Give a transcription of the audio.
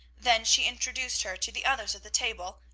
then she introduced her to the others at the table,